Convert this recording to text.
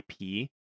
IP